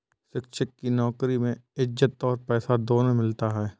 शिक्षक की नौकरी में इज्जत और पैसा दोनों मिलता है